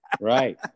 Right